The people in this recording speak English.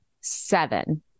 seven